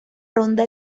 ronda